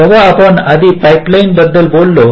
जेव्हा आपण आधी पाइपलाइन बद्दल बोललो